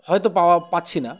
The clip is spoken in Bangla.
হয়তো পাওয়া পাচ্ছি না